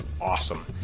awesome